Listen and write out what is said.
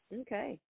Okay